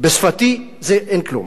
בשפתי זה "אין כלום"